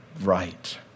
right